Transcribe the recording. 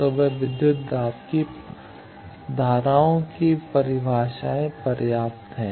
तो वह विद्युत दाब और धाराओं की परिभाषाएं पर्याप्त हैं